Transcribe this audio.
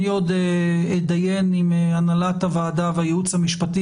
אני עוד אתדיין עם הנהלת הוועדה והייעוץ המשפטי